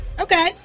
Okay